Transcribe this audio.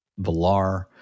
Valar